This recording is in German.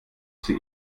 sie